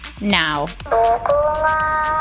Now